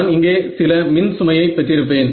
நான் இங்கே சில மின் சுமையை பெற்றிருப்பேன்